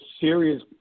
serious